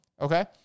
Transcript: Okay